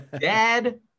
dad